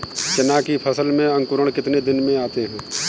चना की फसल में अंकुरण कितने दिन में आते हैं?